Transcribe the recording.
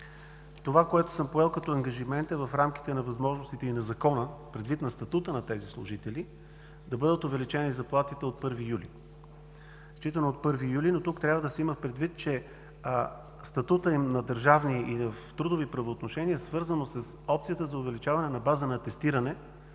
Това, което съм поел като ангажимент, е в рамките на възможностите на закона предвид статута на тези служители, да бъдат увеличени заплатите считано от 1 юли. Тук трябва да се има предвид, че статутът им на държавни служители и по трудови правоотношения е свързан с опцията за увеличаване на базата на атестиране,